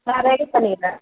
நான் ரெடி பண்ணிடுறேன்